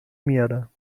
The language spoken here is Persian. میارم